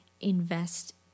invest